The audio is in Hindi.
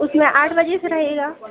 उसमें आठ बजे से रहेगा